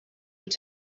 were